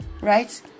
right